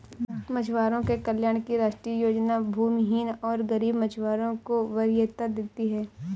मछुआरों के कल्याण की राष्ट्रीय योजना भूमिहीन और गरीब मछुआरों को वरीयता देती है